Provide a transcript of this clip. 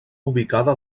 ubicada